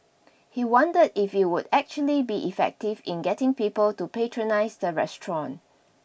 he wondered if it would actually be effective in getting people to patronize the restaurant